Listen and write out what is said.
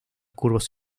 curvos